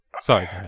Sorry